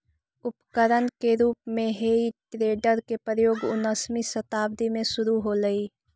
उपकरण के रूप में हेइ टेडर के प्रयोग उन्नीसवीं शताब्दी में शुरू होलइ